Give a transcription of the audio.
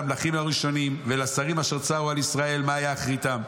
למלכים הראשונים ולשרים אשר שצרו על ישראל מה היה אחריתם.